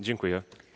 Dziękuję.